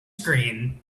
green